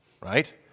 Right